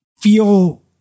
feel